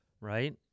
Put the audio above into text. right